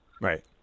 Right